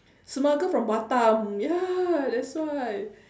smuggle from batam ya that's why